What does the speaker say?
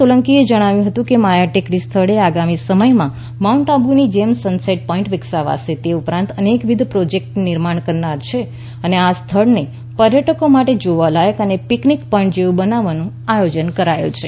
સોલંકીએ જણાવ્યું હતું કે માયાટેકરી સ્થળે આગામી સમયમાં માઉન્ટ આબુની જેમ સનસેટ પોઇન્ટ વિકસાવાશે તે ઉપરાંત અનેકવિધ પ્રોજેકટ નિર્માણ કરાનાર છે અને આ સ્થળને પર્યટકો માટે જોવાલાયક અને પીકનીક પોઇન્ટ જેવું બનાવવાનું આયોજન કરાયેલ છે